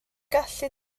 gallu